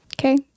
Okay